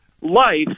life